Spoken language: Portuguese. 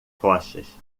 rochas